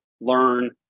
learn